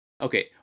okay